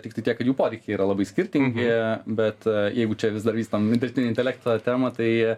tiktai tiek kad jų poreikiai yra labai skirtingi bet jeigu čia vis dar vystom dirbtinio intelekto temą tai